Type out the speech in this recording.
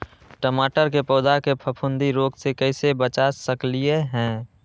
टमाटर के पौधा के फफूंदी रोग से कैसे बचा सकलियै ह?